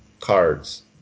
cards